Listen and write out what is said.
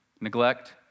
neglect